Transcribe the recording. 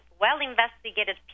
well-investigated